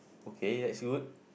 okay that's good